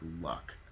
luck